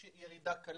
יש ירידה קלה.